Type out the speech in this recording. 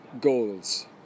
goals